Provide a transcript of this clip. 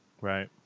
Right